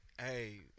Hey